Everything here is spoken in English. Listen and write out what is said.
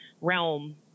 realm